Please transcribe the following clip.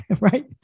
Right